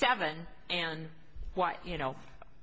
seven what you know